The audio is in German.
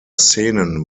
szenen